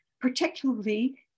particularly